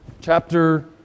chapter